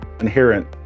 inherent